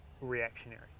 reactionary